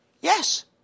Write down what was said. Yes